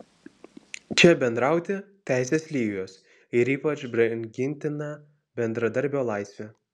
čia bendrauti teisės lygios ir ypač brangintina bendradarbio laisvė